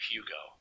Hugo